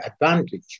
advantage